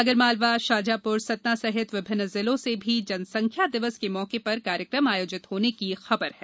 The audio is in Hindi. आगरमालवा शाजापुर सतना सहित विभिन्न जिलों से भी जनसंख्या दिवस के मौके पर कार्यकम आयोजित होने की खबर है